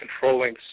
controlling